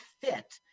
fit